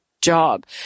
job